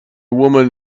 woman